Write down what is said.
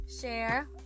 share